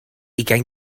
ugain